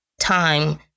time